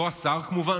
לא השר כמובן,